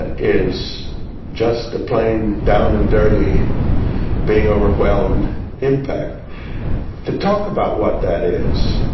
ah is just a plain down and dirty being overwhelmed impact to talk about what that is.